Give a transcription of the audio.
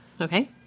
Okay